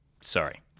Sorry